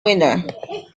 winner